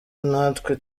natwe